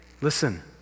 listen